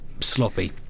sloppy